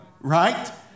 Right